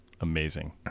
amazing